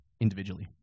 individually